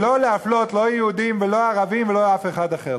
ולא להפלות לא יהודים ולא ערבים ולא אף אחד אחר.